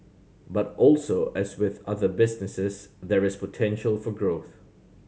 but also as with other businesses there is potential for growth